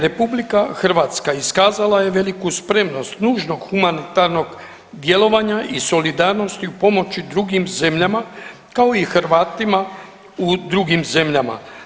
RH iskazala je veliku spremnost nužnog humanitarnog djelovanja i solidarnosti u pomoći drugim zemljama kao i Hrvatima u drugim zemljama.